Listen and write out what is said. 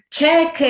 check